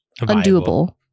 undoable